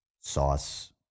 sauce